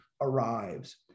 arrives